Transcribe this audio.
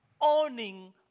Owning